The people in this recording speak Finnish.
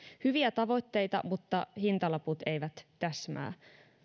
hyviä tavoitteita mutta hintalaput eivät täsmää